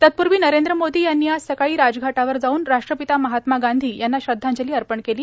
तत्पूर्वी नरेंद्र मोदी यांनी आज सकाळी राजघाटावर जाऊन राष्ट्रपिता महात्मा गांधी यांना श्रध्दांजली अर्पण केली